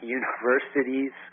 universities